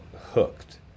Hooked